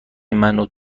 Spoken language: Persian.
مونو